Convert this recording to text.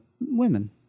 women